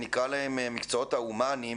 נקרא להם המקצועות ההומניים,